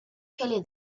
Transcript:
kelly